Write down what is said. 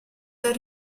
dal